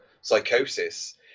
psychosis